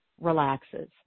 relaxes